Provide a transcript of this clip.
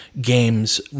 games